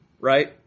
right